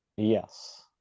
yes